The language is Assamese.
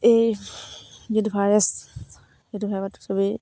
এই যিটো ভাইৰাছ